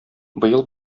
быел